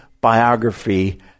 biography